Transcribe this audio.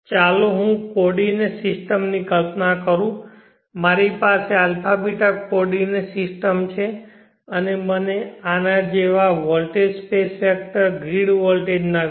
ચાલો હું કોઓર્ડિનેટ સિસ્ટમની કલ્પના કરું અને મારી પાસે αβ કોઓર્ડિનેટ સિસ્ટમ છે અને મને આના જેવા વોલ્ટેજ સ્પેસ વેક્ટર ગ્રીડ વોલ્ટેજના vg